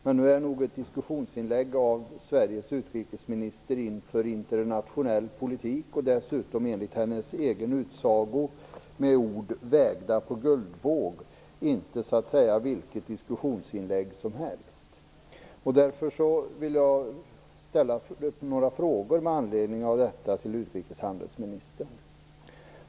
Men nog är ett diskussionsinlägg av Sveriges utrikesminister inför internationella politiker och dessutom, enligt hennes egen utsago, med ord vägda på guldvåg inte vilket diskussionsinlägg som helst.